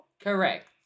Correct